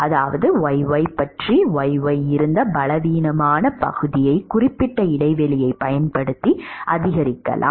அதாவது yy பற்றி yy இருந்த பலவீனமான பகுதியை குறிப்பிட்ட இடைவெளியைப் பயன்படுத்தி அதிகரிக்கலாம்